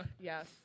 Yes